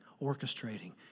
orchestrating